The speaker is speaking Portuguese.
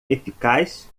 eficaz